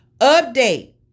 update